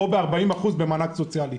או 40% במענק סוציאלי.